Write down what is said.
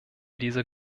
dieser